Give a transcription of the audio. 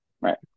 Right